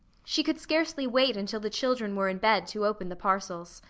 she could scarcely wait until the children were in bed to open the parcels.